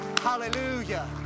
Hallelujah